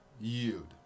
yield